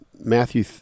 Matthew